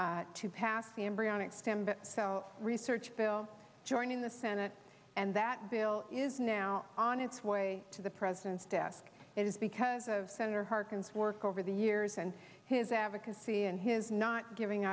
to pass the embryonic stem cell research bill joining the senate and that bill is now on its way to the president's desk is because of senator harkin's work over the years and his advocacy and his not giving